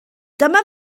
dyma